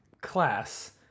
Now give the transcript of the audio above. class